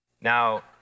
Now